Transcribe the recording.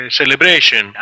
celebration